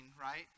right